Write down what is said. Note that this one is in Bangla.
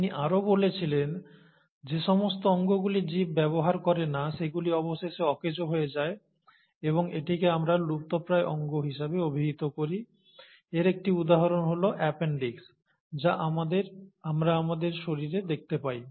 তিনি আরও বলেছিলেন যে সমস্ত অঙ্গগুলি জীব ব্যবহার করে না সেগুলি অবশেষে অকেজো হয়ে যায় এবং এটিকে আমরা লুপ্তপ্রায় অঙ্গ হিসাবে অভিহিত করি এর একটি উদাহরণ হল অ্যাপেন্ডিক্স যা আমরা আমাদের শরীরে দেখতে পাই